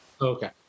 Okay